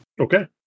Okay